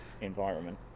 environment